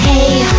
Hey